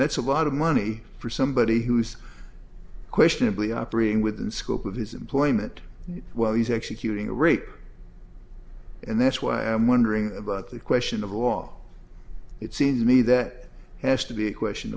that's a lot of money for somebody who's questionably operating within the scope of his employment while he's executed a rape and that's why i'm wondering about the question of law it seems to me that has to be a question